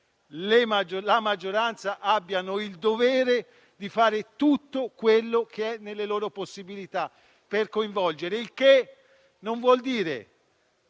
la maggioranza abbiano il dovere di fare tutto quello che è nelle loro possibilità per coinvolgere; il che non vuol dire